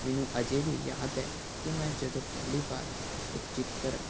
ਮੈਨੂੰ ਅਜੇ ਵੀ ਯਾਦ ਹੈ ਕਿ ਮੈਂ ਜਦੋਂ ਪਹਿਲੀ ਵਾਰ ਇੱਕ ਚਿੱਤਰ